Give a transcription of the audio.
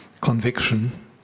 conviction